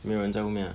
没有人在后面 ah